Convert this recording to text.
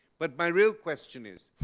but my real question is,